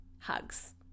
Hugs